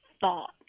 thought